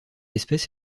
espèce